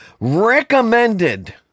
recommended